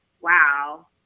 wow